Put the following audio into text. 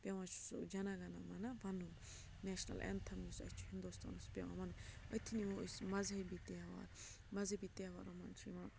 پٮ۪وان چھُ سُہ جنا گنا منا وَنُن نیشنَل اٮ۪نتھَم یُس اَسہِ چھُ ہِنٛدُستانَس پٮ۪وان وَنُن أتھی نِمو أسۍ مذہبی تیہوار مذہبی تیہوارو منٛز چھِ یِوان